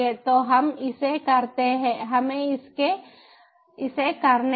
तो हम इसे करते हैं हमें इसे करने दें